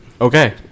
okay